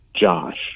Josh